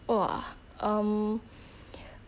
!wah! um